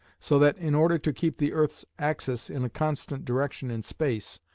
so that, in order to keep the earth's axis in a constant direction in space,